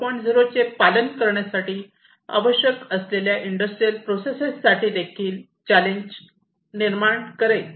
0 चे पालन करण्यासाठी आवश्यक असलेल्या इंडस्ट्रियल प्रोसेस साठी देखील चॅलेंज साठी देखील निर्माण करेल